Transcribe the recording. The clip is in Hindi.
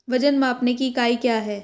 वजन मापने की इकाई क्या है?